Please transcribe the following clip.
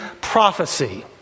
prophecy